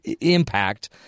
Impact